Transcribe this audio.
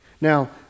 Now